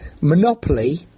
monopoly